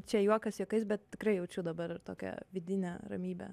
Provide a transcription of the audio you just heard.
čia juokas juokais bet tikrai jaučiu dabar tokią vidinę ramybę